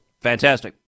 Fantastic